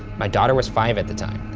my daughter was five at the time.